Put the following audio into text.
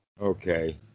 Okay